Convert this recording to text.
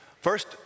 First